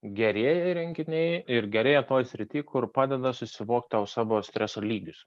gerėja renginiai ir gerėja toj srity kur padeda susivokti tau savo streso lygius